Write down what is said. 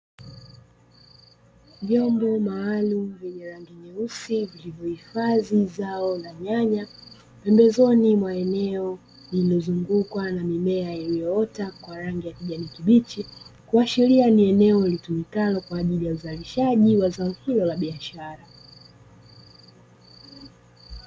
Vyombo maalumu vyenye rangi nyeusi vilivyohifadhi zao la nyanya, pembezoni mwa eneo lililozungukwa na mimea iliyoota kwa rangi ya kijani kibichi, kuashiria ni eneo litumikalo kwa ajili ya uzalishaji wa zao hilo la biashara.